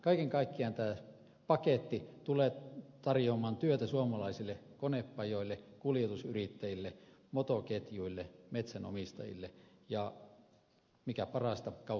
kaiken kaikkiaan tämä paketti tulee tarjoamaan työtä suomalaisille konepajoille kuljetusyrittäjille motoketjuille metsänomistajille ja mikä parasta kautta suomen